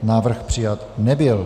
Návrh přijat nebyl.